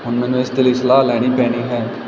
ਹੁਣ ਮੈਨੂੰ ਇਸ ਦੇ ਲਈ ਸਲਾਹ ਲੈਣੀ ਪੈਣੀ ਹੈ